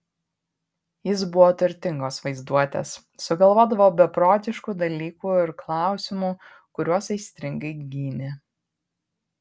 jis buvo turtingos vaizduotės sugalvodavo beprotiškų dalykų ir klausimų kuriuos aistringai gynė